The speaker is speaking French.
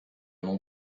nom